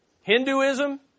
Hinduism